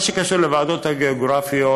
במה שקשור לוועדות הגאוגרפיות,